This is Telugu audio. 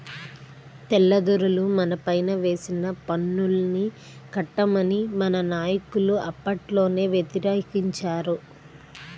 తెల్లదొరలు మనపైన వేసిన పన్నుల్ని కట్టమని మన నాయకులు అప్పట్లోనే వ్యతిరేకించారు